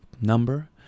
number